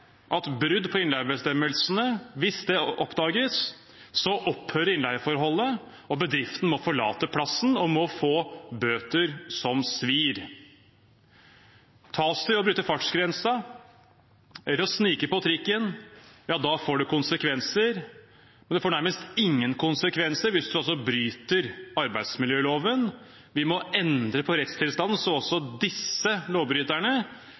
oppdages brudd på innleiebestemmelsene, opphører innleieforholdet og bedriften må forlate plassen og få bøter som svir. Tas man i å bryte fartsgrensen eller snike på trikken, får det konsekvenser, men det får nærmest ingen konsekvenser hvis man bryter arbeidsmiljøloven. Vi må endre på rettstilstanden, slik at også disse lovbryterne faktisk møtes med en straff som